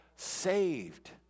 saved